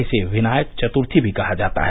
इसे विनायक चत्र्थी भी कहा जाता है